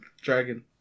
Dragon